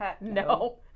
no